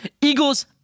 Eagles